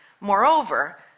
Moreover